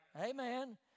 Amen